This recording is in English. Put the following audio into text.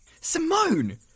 Simone